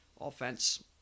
Offense